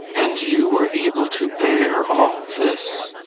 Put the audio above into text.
and you were able to bear all this!